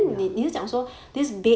ya